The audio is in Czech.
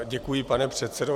Děkuji, pane předsedo.